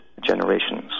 generations